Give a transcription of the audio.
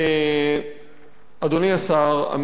אדוני השר, עמיתי חברי הכנסת,